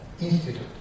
Institute